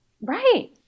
Right